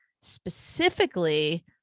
specifically